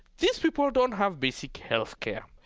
these people don't have basic health care.